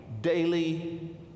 daily